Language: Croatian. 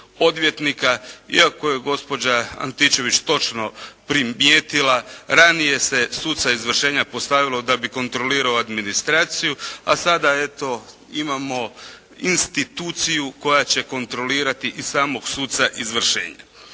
odvjetnika. Iako je gospođa Antičević točno primijetila ranije se suca izvršenja postavilo da bi kontrolirao administraciju, a sada eto imamo instituciju koja će kontrolirati i samog suca izvršenja.